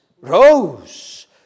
rose